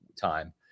time